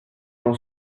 ont